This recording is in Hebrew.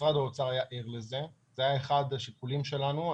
משרד האוצר היה ער לזה, זה היה אחד השיקולים שלנו.